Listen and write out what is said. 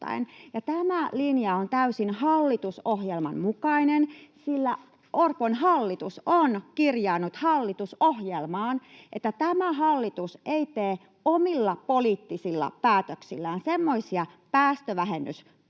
Tämä linja on täysin hallitusohjelman mukainen, sillä Orpon hallitus on kirjannut hallitusohjelmaan, että tämä hallitus ei tee omilla poliittisilla päätöksillään semmoisia päästövähennyspäätöksiä,